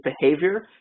behavior